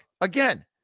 again